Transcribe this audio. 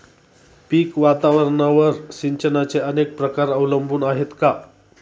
पीक वातावरणावर सिंचनाचे अनेक प्रकार अवलंबून आहेत का?